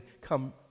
come